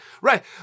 right